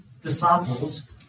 Disciples